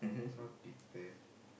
not be bad